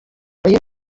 uyu